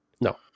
No